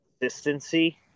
consistency